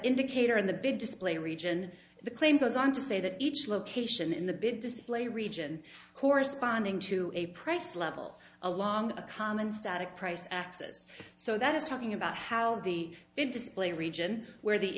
indicator in the big display region the claim goes on to say that each location in the big display region corresponding to a price level along a common static price axis so that is talking about how the display region where the